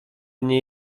nie